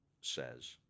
says